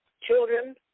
Children